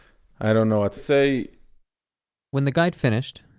i don't know what to say when the guide finished,